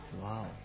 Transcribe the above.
Wow